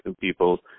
people